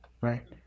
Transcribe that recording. right